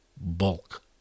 bulk